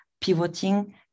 pivoting